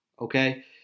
Okay